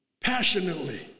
Passionately